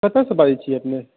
कतऽ से बाजै छी अपने